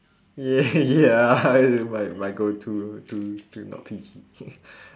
ye~ yeah it might might go too too too not P_G